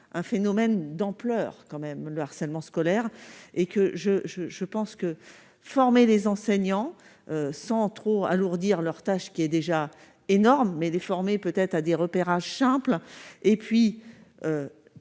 un phénomène d'ampleur quand même le harcèlement scolaire et que je, je, je pense que former des enseignants sans trop alourdir leur tâche qui est déjà énorme, mais déformée peut-être à des repérages simple et puis,